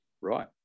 Right